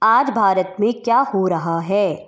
आज भारत में क्या हो रहा है